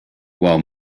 while